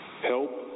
Help